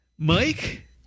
Mike